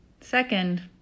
Second